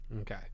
Okay